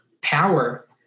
power